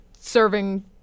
serving